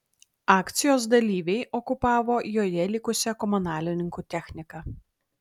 akcijos dalyviai okupavo joje likusią komunalininkų techniką